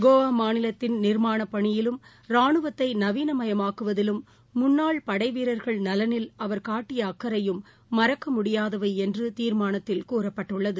கோவாமாநிலத்தின் நிா்மானப் பணியிலும் ரானுவத்தைநவீனமயமாக்குவதிலும் முன்னாள் படைவீரா்கள் நலனில் அவர் காட்டிய அக்கறையும் மறக்கமுடியாதவைஎன்றுதீர்மானத்தில் கூறப்பட்டுள்ளது